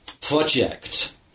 project